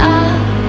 up